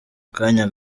kanya